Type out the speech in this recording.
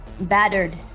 battered